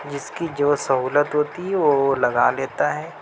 جس کی جو سہولت ہوتی ہے وہ وہ لگا لیتا ہے